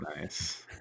Nice